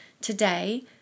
today